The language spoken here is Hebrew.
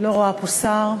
לא רואה פה שר.